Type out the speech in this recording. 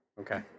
Okay